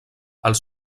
els